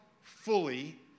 fully